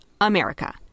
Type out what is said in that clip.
America